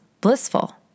blissful